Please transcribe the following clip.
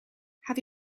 have